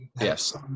yes